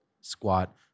squat